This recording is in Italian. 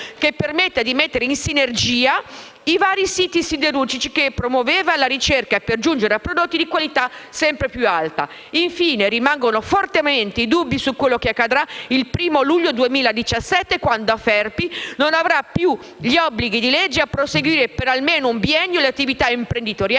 che permetta di mettere in sinergia i vari siti siderurgici e che promuova la ricerca per giungere a prodotti di qualità sempre più alta. Infine, rimangono forti dubbi su quello che accadrà il 1° luglio 2107, quando Aferpi non avrà più gli obblighi di legge a proseguire per almeno un biennio le attività imprenditoriali